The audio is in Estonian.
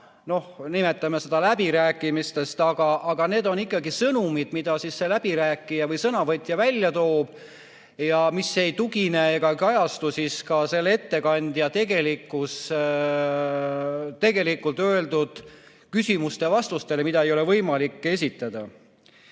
noh, nimetame seda läbirääkimisteks –, aga need on ikkagi sõnumid, mida see läbirääkija või sõnavõtja välja toob, mis aga ei kajastu ettekandja tegelikult öeldud vastustes küsimustele, mida ei ole võimalik esitada.